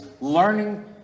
learning